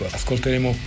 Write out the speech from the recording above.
ascolteremo